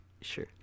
Sure